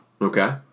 Okay